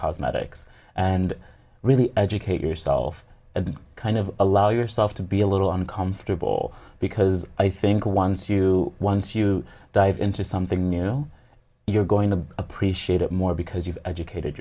cosmetics and really educate yourself and kind of allow yourself to be a little uncomfortable because i think once you once you dive into something you know you're going to appreciate it more because you've educated